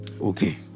Okay